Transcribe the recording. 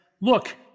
look